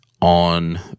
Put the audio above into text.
on